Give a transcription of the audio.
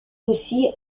aussi